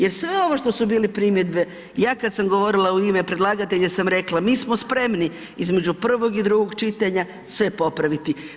Jer sve ovo što su bili primjedbe ja kad sam govorila u ime predlagatelja sam rekla, mi smo spremni između prvog i drugog čitanja sve popraviti.